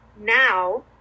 now